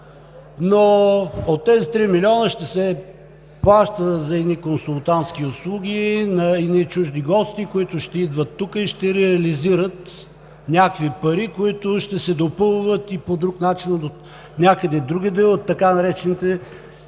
но от тези три милиона ще се плаща за едни консултантски услуги на едни чужди гости, които ще идват тук и ще реализират някакви пари, които ще се допълват и по друг начин от някъде другаде – от така наречените